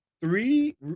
three